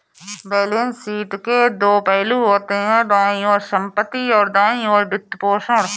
balance sheet के दो पहलू होते हैं, बाईं ओर संपत्ति, और दाईं ओर वित्तपोषण